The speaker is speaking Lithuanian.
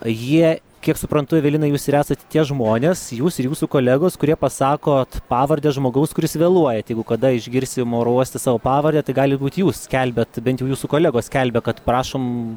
jie kiek suprantu evelina jūs ir esat tie žmonės jūs ir jūsų kolegos kurie pasakot pavardę žmogaus kuris vėluojat jeigu kada išgirsim oro uoste savo pavardę tai gali būt jūs skelbiat bent jau jūsų kolegos skelbia kad prašom